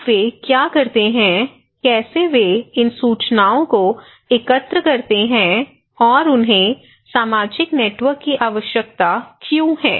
अब वे क्या करते हैं कैसे वे इन सूचनाओं को एकत्र करते हैं और उन्हें सामाजिक नेटवर्क की आवश्यकता क्यों है